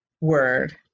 word